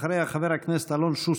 אחריה, חבר הכנסת אלון שוסטר.